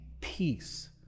peace